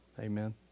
Amen